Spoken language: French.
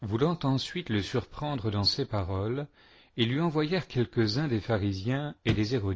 voulant ensuite le surprendre dans ses paroles ils lui envoyèrent quelques-uns des pharisiens et des héro